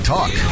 Talk